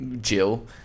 Jill